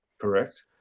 Correct